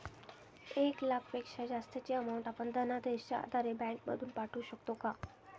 एक लाखापेक्षा जास्तची अमाउंट आपण धनादेशच्या आधारे बँक मधून पाठवू शकतो का?